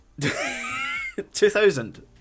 2000